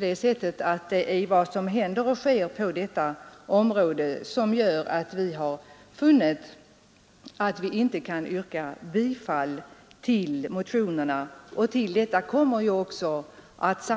Det är det som händer inom särskolan som gör att vi inte kan bifalla motionerna. Därtill kommer att